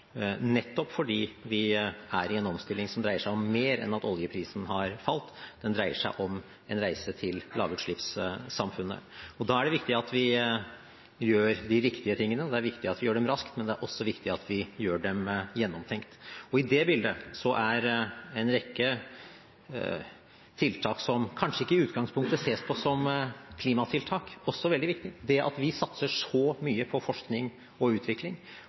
nettopp fordi vi er i en omstilling som dreier seg om mer enn at oljeprisen har falt. Den dreier seg om en reise til lavutslippssamfunnet. Da er det viktig at vi gjør de riktige tingene, og det er viktig at vi gjør dem raskt, men det er også viktig at vi gjør dem gjennomtenkt. Og i det bildet er en rekke tiltak som kanskje ikke i utgangspunktet ses på som klimatiltak, også veldig viktig. Det at vi satser så mye på forskning og utvikling